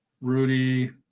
Rudy